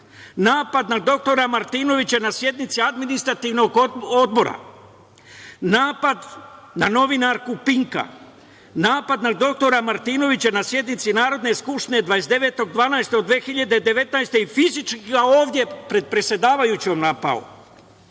Napad na dr Martinovića na sednici Administrativnog odbora, napad na novinarku „Pinka“, napad na dr Martinovića na sednici Narodne skupštine 29.12.2019. godine i fizički ga ovde pred predsedavajućom napao,